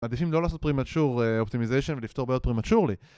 מעדיפים לא לעשות פרימט שור אופטימיזיישן ולפתור בעוד פרימט שור לי